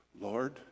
Lord